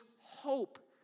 hope